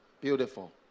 Beautiful